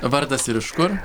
vardas ir iš kur